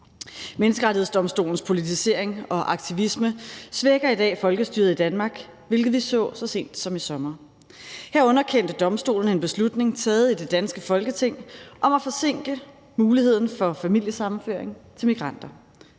Menneskerettighedsdomstolens politisering og aktivisme svækker i dag folkestyret i Danmark, hvilket vi så så sent som i sommer. Her underkendte domstolen en beslutning taget i det danske Folketing om at forsinke muligheden for familiesammenføring til migranter.